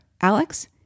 Alex